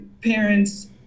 parents